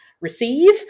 receive